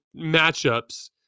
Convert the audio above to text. matchups